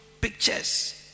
Pictures